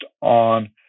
on